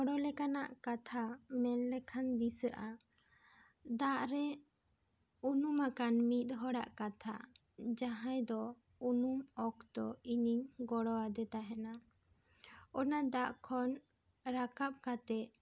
ᱠᱚᱲᱚ ᱞᱮᱠᱟᱱᱟᱜ ᱠᱟᱛᱷᱟ ᱢᱮᱱ ᱞᱮᱠᱷᱟᱱ ᱫᱤᱥᱟᱹᱜᱼᱟ ᱫᱟᱜ ᱨᱮ ᱩᱱᱩᱢ ᱟᱠᱟᱱ ᱢᱤᱫ ᱦᱚᱲᱟᱜ ᱠᱟᱛᱷᱟ ᱡᱟᱦᱟᱸᱭ ᱫᱚ ᱩᱱᱩᱢ ᱚᱠᱛᱚ ᱤᱧᱤᱧ ᱜᱚᱲᱚ ᱣᱟᱫᱮ ᱛᱟᱦᱮᱱᱟ ᱚᱱᱟ ᱫᱟᱜ ᱠᱷᱚᱱ ᱨᱟᱠᱟᱵ ᱠᱟᱛᱮ